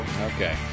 Okay